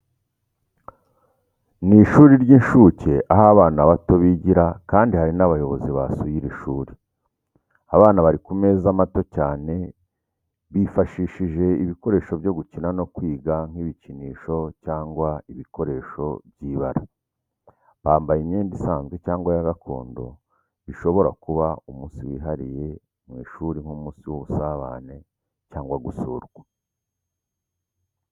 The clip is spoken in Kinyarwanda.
Ni ishuri ry’inshuke aho abana bato bigira kandi hari n’abayobozi basuye iri shuri. Abana bari ku meza mato cyane bifashishije ibikoresho byo gukina no kwiga nk’ibikinisho cyangwa ibikoresho by’ibara. Bambaye imyenda isanzwe cyangwa ya gakondo bishobora kuba umunsi wihariye mu ishuri nk’umunsi w’ubusabane cyangwa gusurwa.